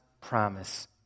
promise